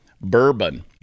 Bourbon